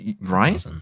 right